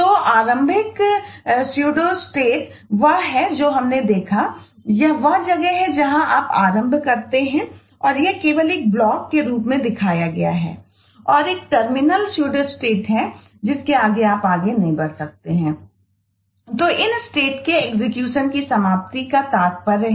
तो आरंभिक स्यूडोस्टेट्स हैं